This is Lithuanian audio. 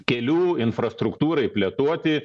kelių infrastruktūrai plėtoti